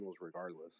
regardless